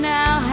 now